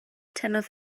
tynnodd